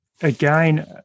again